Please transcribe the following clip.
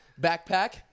Backpack